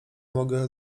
mogę